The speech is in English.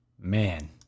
Man